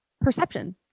perception